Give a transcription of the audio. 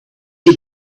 you